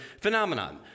phenomenon